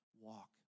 walk